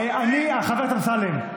אדוני חבר הכנסת אמסלם,